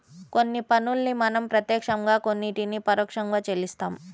కొన్ని పన్నుల్ని మనం ప్రత్యక్షంగా కొన్నిటిని పరోక్షంగా చెల్లిస్తాం